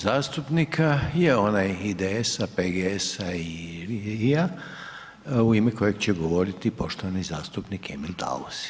zastupnika je onaj IDS-a, PGS-a i LRI-a u ime kojeg će govoriti poštovani zastupnik Emil Daus.